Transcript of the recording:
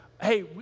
Hey